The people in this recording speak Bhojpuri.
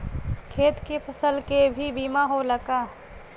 खेत के फसल के भी बीमा होला का?